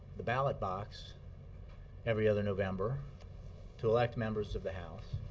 the ballot box every other november to elect members of the house.